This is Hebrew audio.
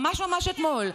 ממש ממש אתמול.